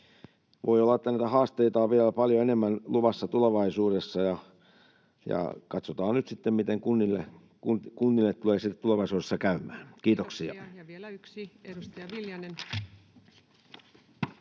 Voi olla, että näitä haasteita on vielä paljon enemmän luvassa tulevaisuudessa. Katsotaan nyt sitten, miten kunnille tulee tulevaisuudessa käymään. — Kiitoksia.